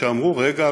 שאמרו: רגע,